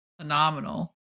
phenomenal